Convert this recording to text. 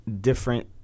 different